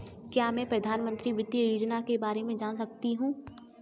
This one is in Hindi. क्या मैं प्रधानमंत्री वित्त योजना के बारे में जान सकती हूँ?